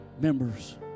members